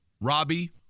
robbie